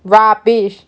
rubbish